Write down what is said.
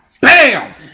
BAM